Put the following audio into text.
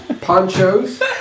Ponchos